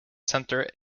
center